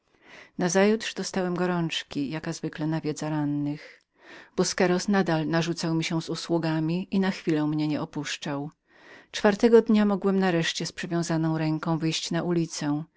losowi nazajutrz dostałem gorączki jaka zwykle nawiedza rannych busqueros zawsze okazywał równą gorliwość i na chwilę mnie nie opuszczał czwartego dnia mogłem nareszcie z przewiązaną ręką wyjść na ulicę